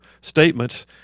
statements